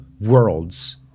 worlds